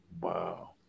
Wow